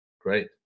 Great